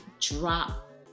drop